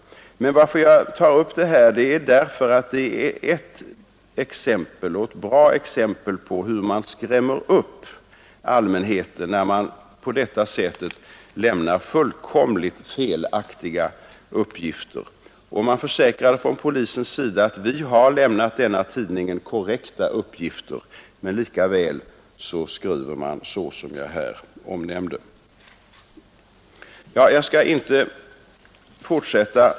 Jag tar upp det här därför att det är ett bra exempel på hur man skrämmer upp allmänheten, när man på detta sätt lämnar fullkomligt felaktiga uppgifter. Polisen försäkrade att den hade lämnat denna tidning korrekta uppgifter — men lika väl skriver man så som jag här omnämnde.